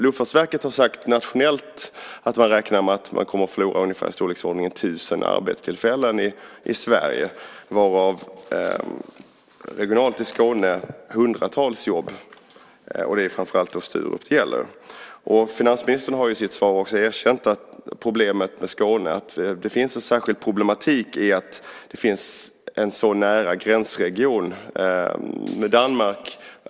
Luftfartsverket har sagt att man räknar med att nationellt förlora i storleksordningen tusen arbetstillfällen i Sverige, varav regionalt i Skåne hundratals jobb. Det är framför allt Sturup det gäller. Finansministern har i sitt svar erkänt att det finns ett särskilt problem för Skåne i och med den nära gränsen till Danmark.